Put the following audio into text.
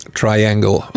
triangle